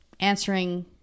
Answering